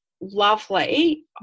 lovely